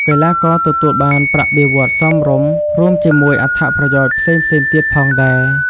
កីឡាករទទួលបានប្រាក់បៀវត្សសមរម្យ រួមជាមួយអត្ថប្រយោជន៍ផ្សេងៗទៀតផងដែរ។